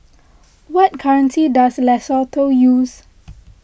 what currency does Lesotho use